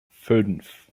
fünf